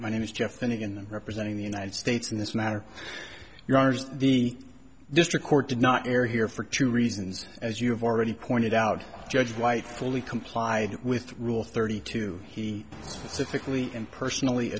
my name is jeff and again representing the united states in this matter the district court did not air here for two reasons as you have already pointed out judge white fully complied with rule thirty two he is typically and personally